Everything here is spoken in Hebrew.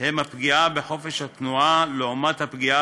הם הפגיעה בחופש התנועה לעומת הפגיעה